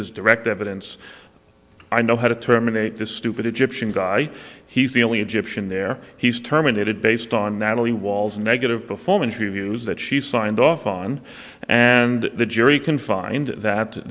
is direct evidence i know how to terminate this stupid egyptian guy he's the only egyptian there he's terminated based on natalie walls negative performance reviews that she signed off on and the jury can find that